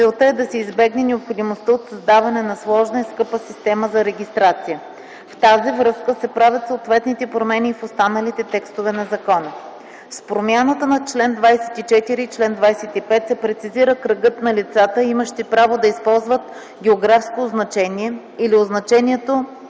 Целта е да се избегне необходимостта от създаване на сложна и скъпа система за регистрация. В тази връзка се правят съответните промени и в останалите текстове на закона. С промяната чл. 24 и чл. 25 се прецизира кръгът на лицата, имащи право да използват географско означение или означаването